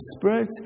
Spirit